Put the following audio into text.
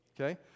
Okay